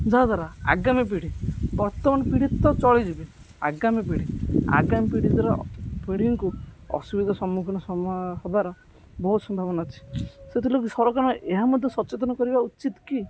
ଯାହାଦ୍ୱାରା ଆଗାମୀ ପିଢ଼ି ବର୍ତ୍ତମାନ ପିଢ଼ି ତ ଚଳିଯିବେ ଆଗାମୀ ପିଢ଼ି ଆଗାମୀ ପିଢ଼ି ଦର ପିଢ଼ିଙ୍କୁ ଅସୁବିଧାର ସମ୍ମୁଖୀନ ସମା ହେବାର ବହୁତ ସମ୍ଭାବନା ଅଛି ସେଥିଲାଗି ସରକାରଙ୍କ ଏହା ମଧ୍ୟ ସଚେତନ କରିବା ଉଚିତ୍ କି